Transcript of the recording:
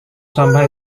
sampah